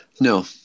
No